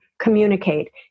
communicate